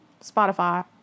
Spotify